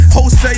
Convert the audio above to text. Jose